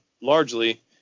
largely